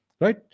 right